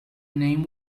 name